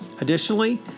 Additionally